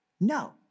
No